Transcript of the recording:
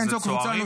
כן, זו קבוצה נוספת.